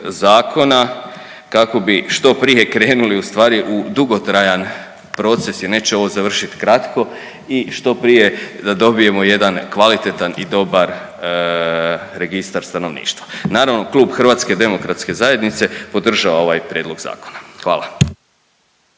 zakona kako bi što prije krenuli u stvari u dugotrajan proces, jer neće ovo završiti kratko i što prije da dobijemo jedan kvalitetan i dobar registar stanovništva. Naravno klub Hrvatske demokratske zajednice podržava ovaj prijedlog zakona. Hvala.